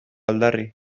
aldarri